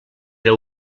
era